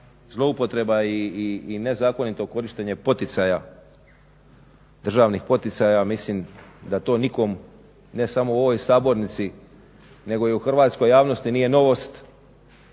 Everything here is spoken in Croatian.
zloupotreba i nezakonito korištenje poticaja državnih poticaja. A ja mislim da to nikom ne samo u ovoj sabornici nego i u hrvatskoj javnosti nije novost